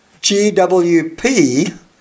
GWP